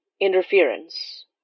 interference